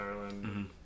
Ireland